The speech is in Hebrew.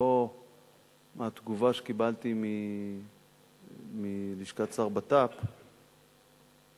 לא מהתגובה שקיבלתי מלשכת השר לביטחון פנים,